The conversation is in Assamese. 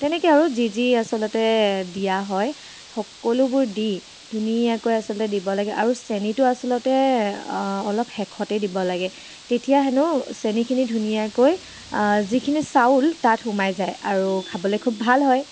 তেনেকৈ আৰু যি যি আচলতে দিয়া হয় সকলোবোৰ দি ধুনীয়াকৈ আচলতে দিব লাগে আৰু চেনীটো আচলতে অলপ শেষতেই দিব লাগে তেতিয়া হেনো চেনীখিনি ধুনীয়াকৈ যিখিনি চাউল তাত সোমাই যায় আৰু খাবলৈ খুব ভাল হয়